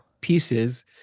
pieces